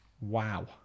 wow